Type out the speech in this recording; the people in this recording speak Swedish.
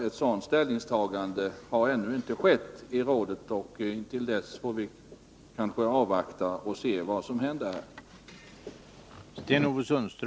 Ett sådant ställningstagande har ännu inte skett i rådet, och till dess får vi kanske avvakta och se vad som händer.